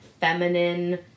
feminine